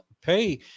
pay